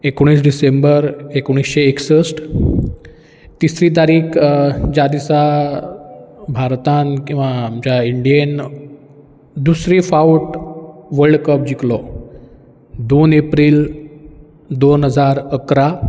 एकोणीस डिसेंबर एकुणशे एकसश्ट तिसरी तारीक ज्या दिसा भारतान किंवा आमच्या इंडियेन दुसरी फावट वल्ड कप जिकलो दोन एप्रील दोन हजार इकरा